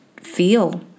feel